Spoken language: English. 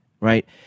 Right